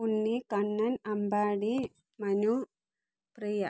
Unni Kannan Ambadi Manu Priya